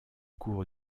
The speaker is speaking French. cours